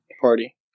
party